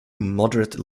moderate